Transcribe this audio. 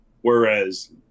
Whereas